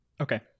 Okay